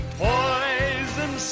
poison